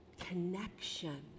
Connection